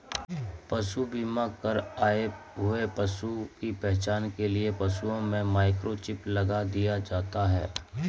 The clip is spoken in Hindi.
पशु बीमा कर आए हुए पशु की पहचान के लिए पशुओं में माइक्रोचिप लगा दिया जाता है